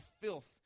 filth